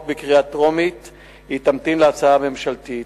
בקריאה טרומית היא תמתין להצעה הממשלתית.